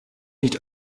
nicht